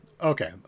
okay